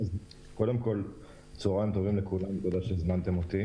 שלום לכולם ותודה עבור ההזמנה לדיון.